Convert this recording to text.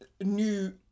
New